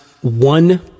one